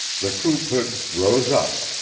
the croup-hood rose up,